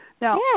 Now